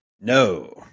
No